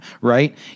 right